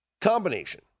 combination